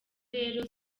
rero